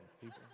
people